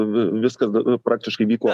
viskas praktiškai vyko